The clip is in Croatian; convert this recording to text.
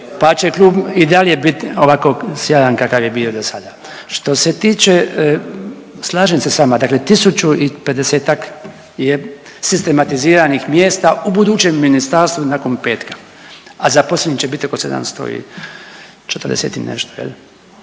pa će klub i dalje bit ovako sjajan kakav je bio i dosada. Što se tiče, slažem se s vama, dakle tisuću i 50-tak je sistematiziranih mjesta u budućem ministarstvu nakon petka, a zaposlenih će biti oko 740 i nešto je li